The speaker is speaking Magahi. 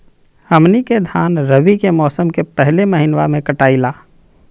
हमनी के धान रवि के मौसम के पहले महिनवा में कटाई ला